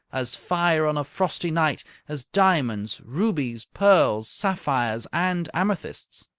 as fire on a frosty night, as diamonds, rubies, pearls, sapphires, and amethysts.